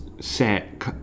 set